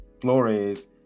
Flores